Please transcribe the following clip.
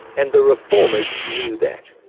and the reformers knew that,